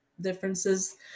differences